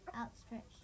outstretched